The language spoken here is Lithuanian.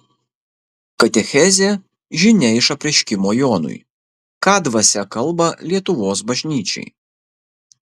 katechezė žinia iš apreiškimo jonui ką dvasia kalba lietuvos bažnyčiai